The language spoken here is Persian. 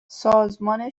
سازمان